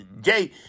jay